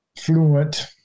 fluent